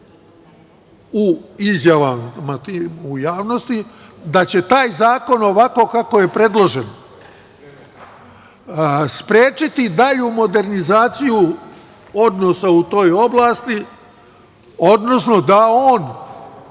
u izjavama tim u javnosti, da će taj zakon ovako kako je predloženo, sprečiti dalju modernizaciju odnosa u toj oblasti, odnosno da on